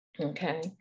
okay